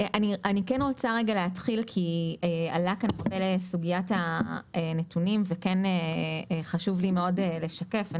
עלתה כאן סוגיית הנתונים וחשוב לי מאוד לשקף.